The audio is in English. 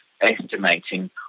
estimating